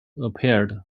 appeared